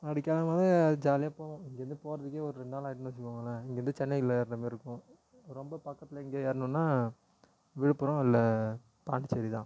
அடிக்காமலே ஜாலியாக போவோம் இங்கிருந்து போகிறதுக்கே ஒரு ரெண்டு நாள் ஆகிடுன்னு வச்சுக்கோங்களே இங்கிருந்து சென்னையில் ஏறுகிற மாதிரி இருக்கும் ரொம்ப பக்கத்திலே இங்கே ஏறுணுன்னால் விழுப்புரம் இல்லை பாண்டிச்சேரிதான்